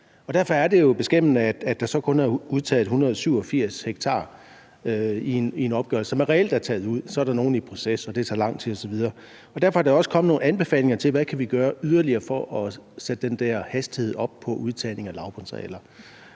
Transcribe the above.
Derfor er det jo beskæmmende, at der så kun reelt er udtaget 187 ha ifølge en opgørelse. Så er der nogle, der er i proces, og det tager lang tid osv. Derfor er der også kommet nogle anbefalinger til, hvad vi yderligere kan gøre for at sætte den der hastighed op på udtagning af lavbundsarealer.